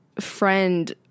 friend